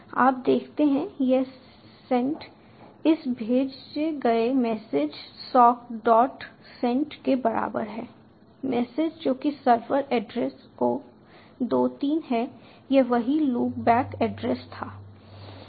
आप देखते हैं यह सेंट इस भेजे गए मैसेज सॉक डॉट सेंट के बराबर है मैसेज जो कि सर्वर एड्रेस का 2 3 है यह वही लूपबैक एड्रेस था